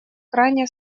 крайне